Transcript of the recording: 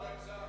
תקראו את הצו.